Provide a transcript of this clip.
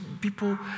people